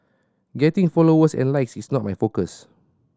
getting followers and likes is not my focus